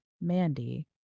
Mandy